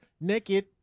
Naked